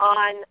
on